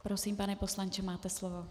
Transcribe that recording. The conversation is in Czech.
Prosím, pane poslanče, máte slovo.